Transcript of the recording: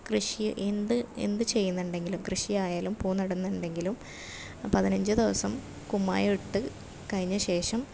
കൃഷി എന്ത് ചെയ്യുന്നുണ്ടെങ്കിലും കൃഷി ആയാലും പൂ നടന്നുണ്ടെങ്കിലും പതിനഞ്ച് ദിവസം കുമ്മായമിട്ട് കഴിഞ്ഞശേഷം